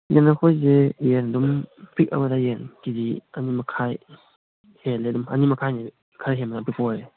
ꯌꯦꯟ ꯑꯩꯈꯣꯏꯁꯦ ꯌꯦꯟ ꯑꯗꯨꯝ ꯄꯤꯛꯑꯕꯗ ꯌꯦꯟ ꯀꯦ ꯖꯤ ꯑꯅꯤꯃꯈꯥꯏ ꯍꯦꯜꯂꯦ ꯑꯗꯨꯝ ꯑꯅꯤꯃꯈꯥꯏꯅ ꯈꯔ ꯍꯦꯟꯕꯗꯨꯅ ꯑꯄꯤꯛꯄ ꯑꯣꯏꯔꯦ